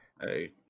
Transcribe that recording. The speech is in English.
Hey